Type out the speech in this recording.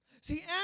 See